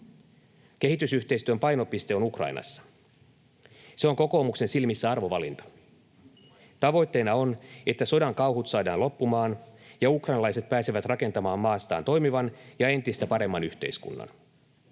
Kehitysyhteistyön painopiste on Ukrainassa. Se on kokoomuksen silmissä arvovalinta. Tavoitteena on, että sodan kauhut saadaan loppumaan ja ukrainalaiset pääsevät rakentamaan maastaan toimivan ja entistä paremman yhteiskunnan.